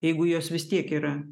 jeigu jos vis tiek yra